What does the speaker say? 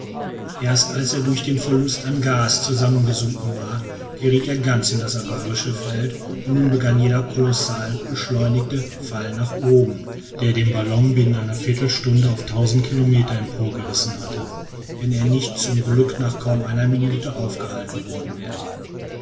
erst als er durch den verlust an gas zusammengesunken war geriet er ganz in das abarische feld und nun begann jener kolossal beschleunigte fall nach oben der den ballon binnen einer viertelstunde auf tausend kilometer emporgerissen hätte wenn er nicht zum glück nach kaum einer minute aufgehalten worden wäre